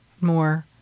more